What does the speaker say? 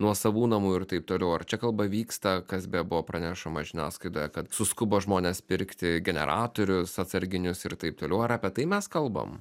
nuosavų namų ir taip toliau ar čia kalba vyksta kas bebuvo pranešama žiniasklaidoje kad suskubo žmonės pirkti generatorius atsarginius ir taip toliau ar apie tai mes kalbam